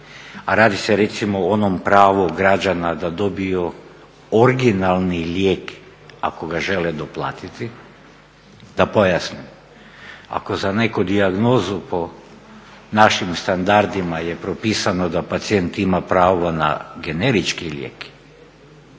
a radi se recimo o onom pravu građana da dobiju originalni lijek ako ga žele doplatiti. Da pojasnim. Ako za neku dijagnozu po našim standardima je propisano da pacijent ima pravo na generički lijek,